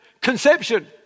conception